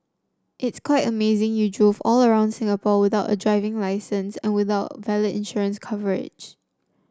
it's quite amazing you drove all around Singapore without a driving licence and without valid insurance coverage